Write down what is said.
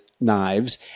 knives